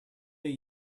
they